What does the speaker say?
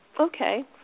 okay